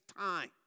time